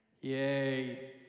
yay